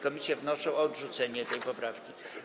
Komisje wnoszą o odrzucenie tej poprawki.